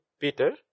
Peter